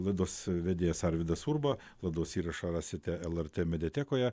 laidos vedėjas arvydas urba laidos įrašą rasite lrt mediatekoje